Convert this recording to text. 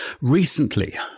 Recently